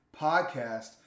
podcast